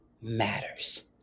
matters